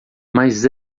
mas